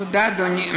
תודה, אדוני.